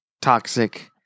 toxic